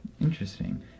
Interesting